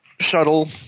Shuttle